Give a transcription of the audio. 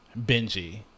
Benji